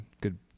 good